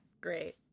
Great